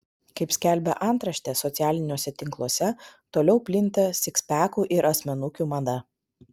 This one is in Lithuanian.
kaip skelbia antraštė socialiniuose tinkluose toliau plinta sikspekų ir asmenukių mada